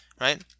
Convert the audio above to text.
right